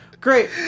great